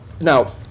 now